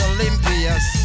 Olympias